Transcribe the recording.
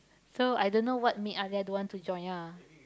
so I don't know what made Alia don't want to join ah